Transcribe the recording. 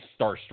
starstruck